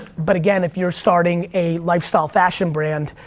but again, if you're starting a lifestyle fashion brand,